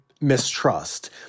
mistrust